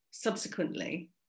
subsequently